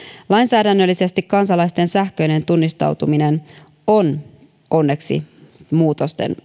lainsäädännöllisesti kansalaisten sähköinen tunnistautuminen on onneksi muutosten